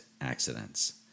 accidents